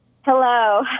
Hello